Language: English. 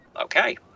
Okay